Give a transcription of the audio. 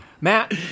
Matt